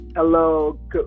Hello